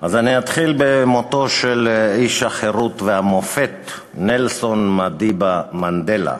אז אני אתחיל במותו של איש החירות והמופת נלסון מדיבה מנדלה,